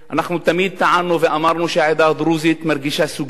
תמיד טענו ואמרנו שהעדה הדרוזית מרגישה סוג ב'.